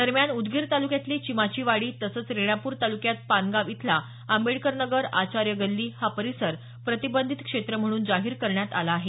दरम्यान उदगीर तालुक्यातली चिमाची वाडी तसंच रेणापूर तालुक्यात पानगाव इथला आंबेडकर नगर आचार्य गल्ली हा परिसर प्रतिबंधित क्षेत्र म्हणून जाहीर करण्यात आला आहे